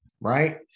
right